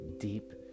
deep